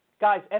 Guys